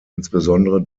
insbesondere